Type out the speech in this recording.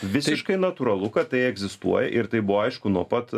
visiškai natūralu kad tai egzistuoja ir tai buvo aišku nuo pat